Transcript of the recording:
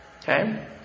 okay